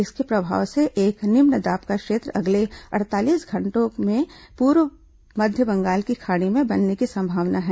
इसके प्रभाव से एक निम्न दाब का क्षेत्र अगले अड़तालीस घंटे में पूर्व मध्य बंगाल की खाड़ी में बनने की संभावना है